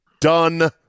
done